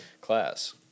class